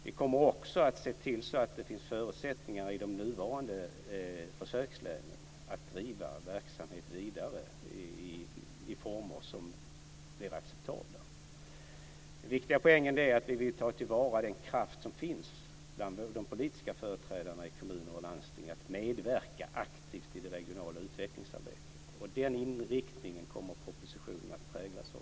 Vi kommer också att se till att det finns förutsättningar i de nuvarande försökslänen att driva verksamhet vidare i former som blir acceptabla. Den viktiga poängen är att vi vill ta till vara den kraft som finns bland de politiska företrädarna i kommuner och landsting när det gäller att medverka aktivt i det regionala utvecklingsarbetet. Den inriktningen kommer propositionen att präglas av.